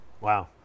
Wow